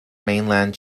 mainland